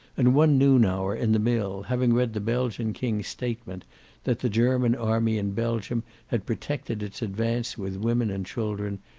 and one noon hour, in the mill, having read the belgian king's statement that the german army in belgium had protected its advance with women and children,